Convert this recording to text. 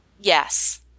Yes